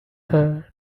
her